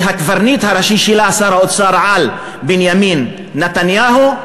שהקברניט הראשי שלה הוא שר האוצר-על בנימין נתניהו.